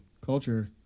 culture